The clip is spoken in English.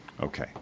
Okay